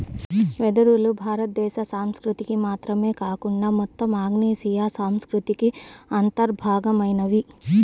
వెదురులు భారతదేశ సంస్కృతికి మాత్రమే కాకుండా మొత్తం ఆగ్నేయాసియా సంస్కృతికి అంతర్భాగమైనవి